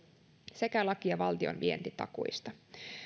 sekä lakia valtion vientitakuista